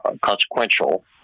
consequential